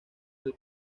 del